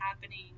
happening